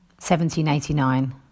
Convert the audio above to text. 1789